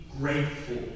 grateful